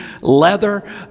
leather